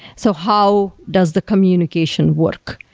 so how does the communication work?